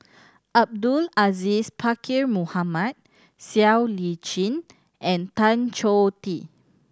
Abdul Aziz Pakkeer Mohamed Siow Lee Chin and Tan Choh Tee